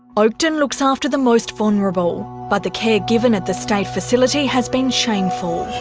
oakden looks after the most vulnerable, but the care given at the state facility has been shameful.